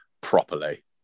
properly